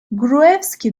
gruevski